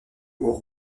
haut